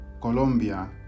Colombia